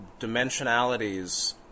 dimensionalities